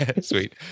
Sweet